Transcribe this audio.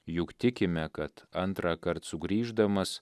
juk tikime kad antrąkart sugrįždamas